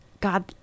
God